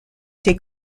des